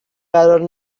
قرار